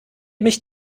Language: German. mich